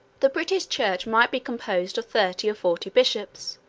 the british church might be composed of thirty or forty bishops,